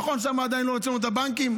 נכון, שם עדיין לא הוצאנו את הבנקים.